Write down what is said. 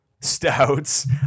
stouts